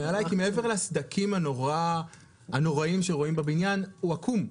מעבר לסדקים הנוראיים שרואים בבניין, הוא עקום.